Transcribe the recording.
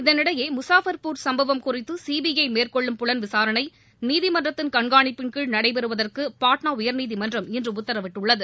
இதனிடையே முசாபர்பூர் சும்பவம் குறித்து சிபிஐ மேற்கொள்ளும் புலன்விசாரணை நீதிமன்றத்தின் கண்காணிப்பின்கீழ் நடைபெறுவதற்கு பாட்னா உயர்நீதிமன்றம் இன்று உத்தரவிட்டுள்ளது